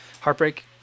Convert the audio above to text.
heartbreak